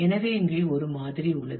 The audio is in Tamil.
எனவே இங்கே ஒரு மாதிரி உள்ளது